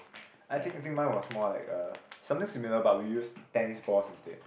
I think I think mine was more like a something similar but we used tennis balls instead